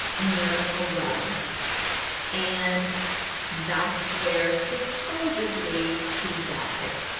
near a well and that's where supposedly he dies